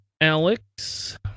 Alex